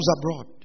abroad